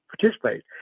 participate